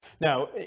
Now